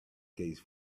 case